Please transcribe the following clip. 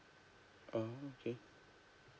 oo okay